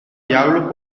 diablo